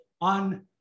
on